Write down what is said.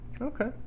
Okay